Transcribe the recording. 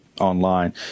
online